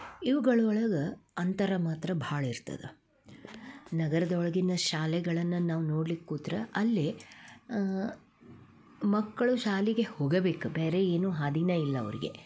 ಇವುಗಳು ಒಳಗೆ ಅಂತರ ಮಾತ್ರ ಭಾಳ ಇರ್ತದ ನಗರದೊಳಗಿನ ಶಾಲೆಗಳನ್ನು ನಾವು ನೋಡಲ್ಲಿಕ್ಕೆ ಕೂತ್ರೆ ಅಲ್ಲಿ ಮಕ್ಕಳು ಶಾಲೆಗೆ ಹೋಗಬೇಕು ಬೇರೆ ಏನು ಹಾದಿಯೇ ಇಲ್ಲ ಅವರಿಗೆ